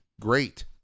great